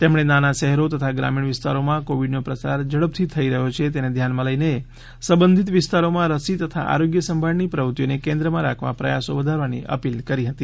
તેમણે નાના શહેરો તથા ગ્રામીણ વિસ્તારોમાં કોવીડનો પ્રસાર ઝડપથી થઇ રહ્યો છે તેને ધ્યાનમાં લઇને સંબંધીત વિસ્તારોમાં રસી તથા આરોગ્ય સંભાળની પ્રવૃત્તિઓને કેન્દ્રમાં રાખવા પ્રયાસો વધારવાની અપીલ કરી હતી